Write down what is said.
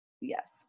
Yes